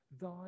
thy